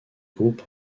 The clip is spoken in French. groupe